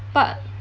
but